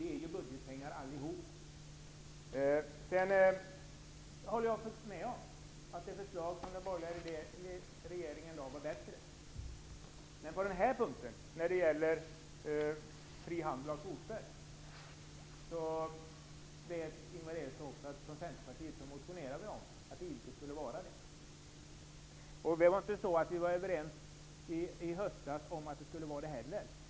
Alltihop är budgetpengar. Jag håller med om att det förslag som den borgerliga regeringen lade fram var bättre, men på den här punkten, vad gäller fri handel med kvoter, motionerade Centerpartiet, som Ingvar Eriksson vet, om att det inte skulle någon fri handel. Vi var inte heller i höstas med på någon reservation av den innebörden.